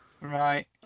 Right